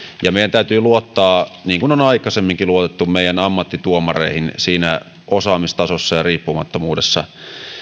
ja meidän täytyy luottaa niin kuin on aikaisemminkin luotettu meidän ammattituomareihin siinä osaamistasossa ja riippumattomuudessa